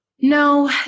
no